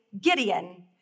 Gideon